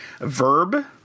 Verb